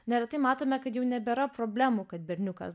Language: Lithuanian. neretai matome kad jau nebėra problemų kad berniukas